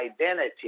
identity